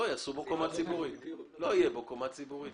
לא יהיה בו קומה ציבורית.